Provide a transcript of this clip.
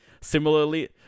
similarly